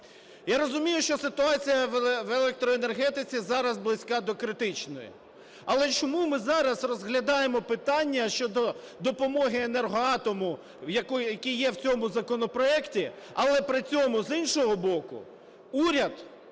Я розумію, що ситуація в електроенергетиці зараз близька до критичної. Але чому ми зараз розглядаємо питання щодо допомоги "Енергоатому", який є в цьому законопроекті? Але при цьому, з іншого боку, уряд